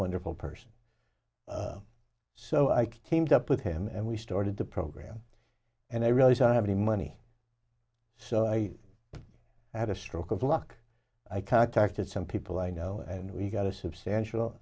wonderful person so i teamed up with him and we started the program and i realize i have the money so i had a stroke of luck i contacted some people i know and we got a substantial